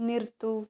നിർത്തൂ